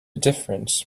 difference